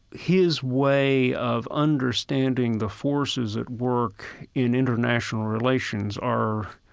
his way of understanding the forces at work in international relations are,